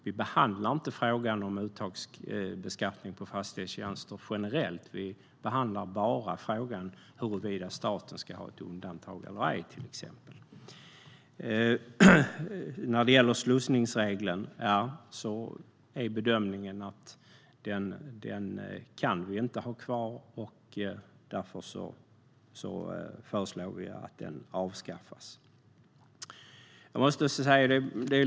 Vi behandlar till exempel inte frågan om uttagsbeskattning på fastighetstjänster generellt utan bara frågan om huruvida staten ska ha ett undantag eller ej. Vad gäller slussningsregeln är bedömningen att vi inte kan ha kvar den, och därför föreslår vi att den avskaffas.